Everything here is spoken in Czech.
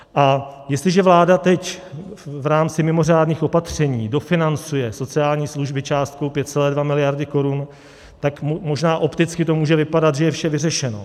A jestliže vláda teď v rámci mimořádných opatření dofinancuje sociální služby částkou 5,2 miliardy korun, tak možná opticky to může vypadat, že je vše vyřešeno.